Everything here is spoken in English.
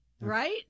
Right